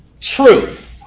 truth